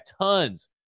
tons